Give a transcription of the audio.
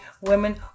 Women